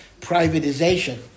privatization